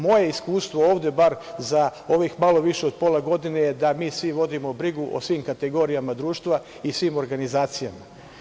Moje iskustvo ovde, barem za više od pola godine je da mi svi vodimo brigu o svim kategorijama društva i svim organizacijama.